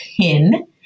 pin